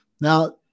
Now